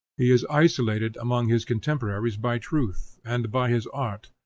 he is isolated among his contemporaries by truth and by his art,